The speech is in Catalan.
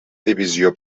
divisió